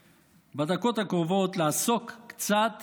בדקות הקרובות אני רוצה לעסוק קצת